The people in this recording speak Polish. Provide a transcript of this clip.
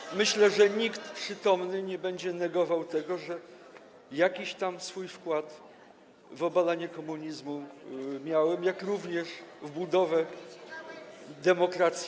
I myślę, że nikt przytomny nie będzie negował tego, że jakiś tam swój wkład w obalanie komunizmu miałem, jak również w budowę demokracji.